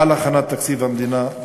על הכנת תקציב המדינה.